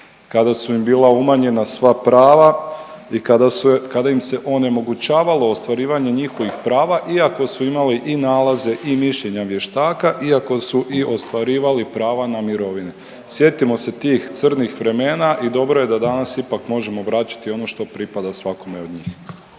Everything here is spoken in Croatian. kada su im bila umanjena sva prava i kada im se onemogućavalo ostvarivanje njihovih prava iako su imali i nalaze i mišljenja vještaka, iako su i ostvarivali prava na mirovine. Sjetimo se tih crnih vremena i dobro je da danas ipak možemo vraćati ono što pripada svakome od njih.